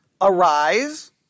Arise